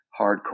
hardcore